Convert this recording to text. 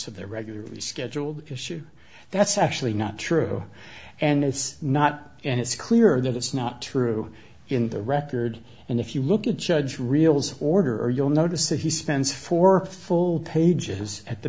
of the regularly scheduled issue that's actually not true and it's not and it's clear that it's not true in the record and if you look at judge reels order you'll notice that he spends four full pages at the